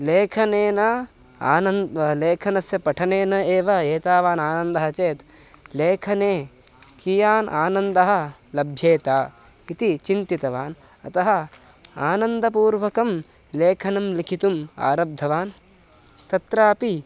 लेखनेन आनं लेखनस्य पठनेन एव एतावान् आनन्दः चेत् लेखने कियान् आनन्दः लभ्येत इति चिन्तितवान् अतः आनन्दपूर्वकं लेखनं लिखितुम् आरब्धवान् तत्रापि